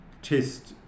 test